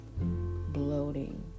bloating